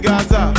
Gaza